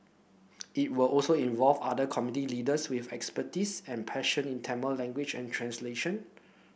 it will also involve other community leaders with expertise and passion in Tamil language and translation